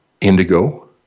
indigo